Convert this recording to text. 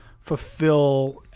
fulfill –